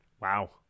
Wow